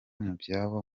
byabo